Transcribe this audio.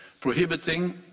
prohibiting